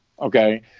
okay